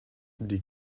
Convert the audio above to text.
die